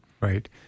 Right